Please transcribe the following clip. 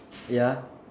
ya